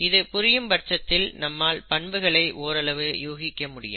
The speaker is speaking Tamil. இது புரியும் பட்சத்தில் நம்மால் பண்புகளை ஓரளவு யூகிக்க முடியும்